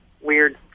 weird